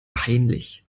peinlich